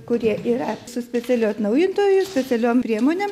kurie yra su specialiu atnaujintoju specialiom priemonėm